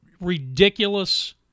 ridiculous